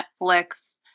netflix